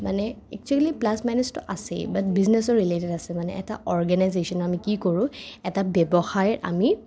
মানে actually plus মাইনাচটো আছেই বাট বিজনেচৰ ৰিলেটড আছে মানে এটা অৰ্গেনাইজেশ্যন আমি কি কৰোঁ এটা ব্যৱসায়ৰ আমি